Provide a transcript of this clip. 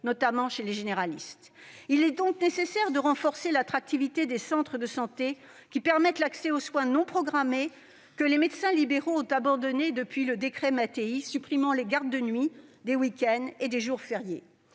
notamment chez les généralistes. Il est donc nécessaire de renforcer l'attractivité des centres de santé, qui assurent l'accès aux soins non programmés que les médecins libéraux ont abandonnés depuis le décret Mattei supprimant les gardes les nuits, les week-ends et les jours fériés.